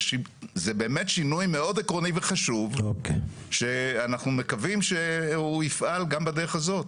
זה באמת שינוי מאוד עקרוני וחשוב שאנחנו מקווים שהוא יפעל גם בדרך הזאת.